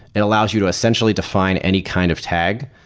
it allows you to essentially define any kind of tag.